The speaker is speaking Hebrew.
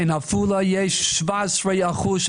עכשיו היו הצהרות גזעניות?